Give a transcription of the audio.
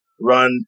Run